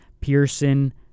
Pearson